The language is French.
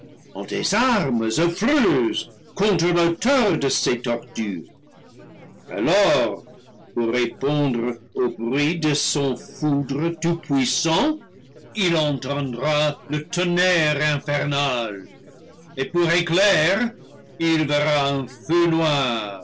des armes affreuses contre l'auteur de ces tortures alors pour répondre au bruit de son foudre tout-puissant il entendra le tonnerre infernal et pour éclairs il verra